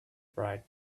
bright